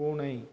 பூனை